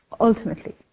Ultimately